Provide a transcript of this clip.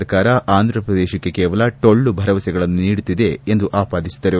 ಸರ್ಕಾರ ಆಂಧ್ರಪ್ರದೇಶಕ್ಕೆ ಕೇವಲ ಟೊಳ್ಳು ಭರವಸೆಗಳನ್ನು ನೀಡುತ್ತಿದೆ ಎಂದು ಆಪಾದಿಸಿದರು